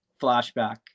flashback